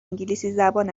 انگلیسیزبان